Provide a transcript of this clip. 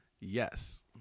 Yes